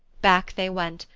back they went,